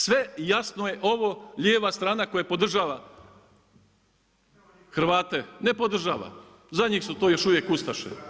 Sve jasno je ovo, lijeva strana koja podržava Hrvate, ne podržava, za njih su to još uvijek ustaše.